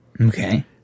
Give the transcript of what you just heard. Okay